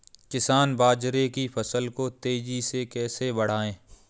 किसान बाजरे की फसल को तेजी से कैसे बढ़ाएँ?